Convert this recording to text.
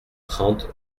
trente